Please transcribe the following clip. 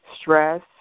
stress